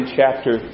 chapter